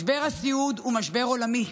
משבר הסיעוד הוא משבר עולמי,